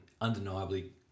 undeniably